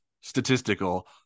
statistical